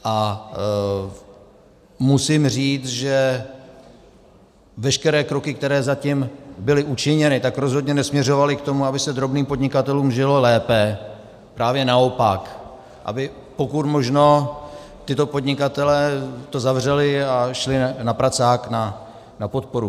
A musím říct, že veškeré kroky, které zatím byly učiněny, rozhodně nesměřovaly k tomu, aby se drobným podnikatelům žilo lépe, právě naopak, aby pokud možno tito podnikatelé to zavřeli a šli na pracák na podporu.